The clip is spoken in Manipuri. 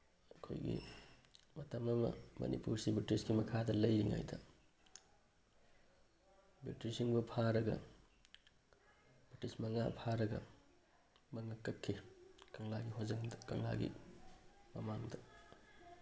ꯑꯩꯈꯣꯏꯒꯤ ꯃꯇꯝ ꯑꯃ ꯃꯅꯤꯄꯨꯔꯁꯤ ꯕ꯭ꯔꯤꯇꯤꯁꯀꯤ ꯃꯈꯥꯗ ꯂꯩꯔꯤꯉꯩꯗ ꯕ꯭ꯔꯤꯇꯤꯁꯁꯤꯡꯕꯨ ꯐꯥꯔꯒ ꯕ꯭ꯔꯤꯇꯤꯁ ꯃꯉꯥ ꯐꯥꯔꯒ ꯃꯉꯛ ꯀꯛꯈꯤ ꯀꯪꯂꯥꯒꯤ ꯍꯣꯖꯪꯗ ꯀꯪꯂꯥꯒꯤ ꯃꯃꯥꯡꯗ